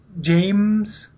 James